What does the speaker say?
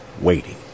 waiting